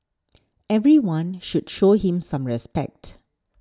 everyone should show him some respect